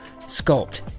Sculpt